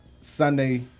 Sunday